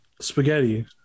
spaghetti